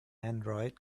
android